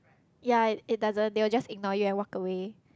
ya it doesn't they will just ignore you and walk away